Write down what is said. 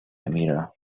emila